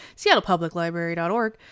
seattlepubliclibrary.org